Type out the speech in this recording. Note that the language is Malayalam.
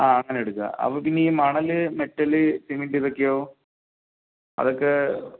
ആ അങ്ങനെടുക്കാം അപ്പോൾ പിന്നെ ഈ മണല് മെറ്റല് സിമൻറ്റ് ഇതൊക്കെയോ അതൊക്കേ